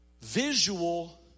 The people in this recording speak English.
visual